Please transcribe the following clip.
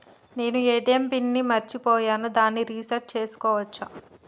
నేను ATM pin ని మరచిపోయాను దాన్ని రీ సెట్ చేసుకోవచ్చా?